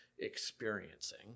experiencing